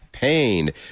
Pain